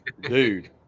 Dude